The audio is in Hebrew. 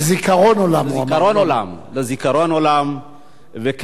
לזיכרון עולם הוא אמר.